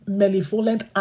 malevolent